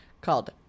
Called